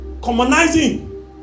Commonizing